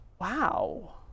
wow